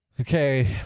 Okay